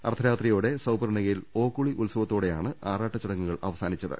അർദ്ധരാത്രിയോടെ സൌപർണ്ണികയിൽ ഓക്കുളി ഉത്സവത്തോടെയാണ് ആറാട്ട് ചടങ്ങുകൾ അവസാനിച്ചത്